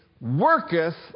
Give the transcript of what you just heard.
worketh